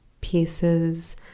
pieces